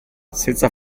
senza